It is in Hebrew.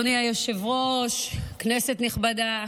היושב-ראש, כנסת נכבדה,